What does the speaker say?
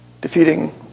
Defeating